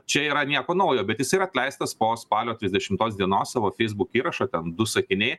čia yra nieko naujo bet jis yra atleistas po spalio trisdešimtos dienos savo feisbuk įrašo ten du sakiniai